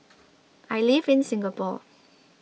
I live in Singapore